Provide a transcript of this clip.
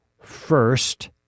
First